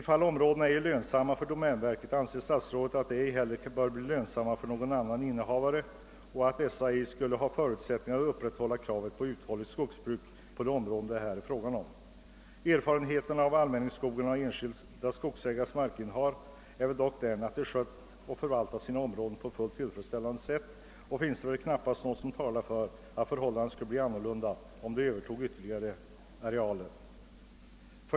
Om områdena ej är lönsamma för domänverket anser statsrådet att de ej heller bör kunna bli lönsamma för någon annan innehavare samt att dessa ej skulle ha förutsättningar att tillmötesgå kravet på ett uthålligt skogsbruk i de områden det här är fråga om. Erfarenheterna av allmänningsskogarna och de enskilda skogsägarnas markinnehav är dock att områdena skötts och förvaltats på ett fullt tillfredsställande sätt. Det finns väl knappast något som talar för att förhållandena skulle bli annorlunda om dessa ägare övertog ytterligare arealer.